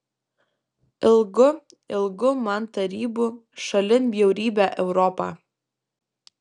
ilgu ilgu man tarybų šalin bjaurybę europą